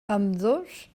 ambdós